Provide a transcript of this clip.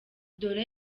dore